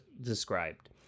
described